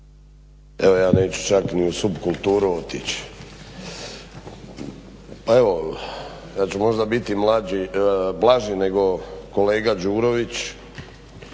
Evo ja neću čak ni u sub kulturu otići. Pa evo, ja ću možda biti mlađi, blaži nego kolega Đurović